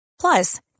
Plus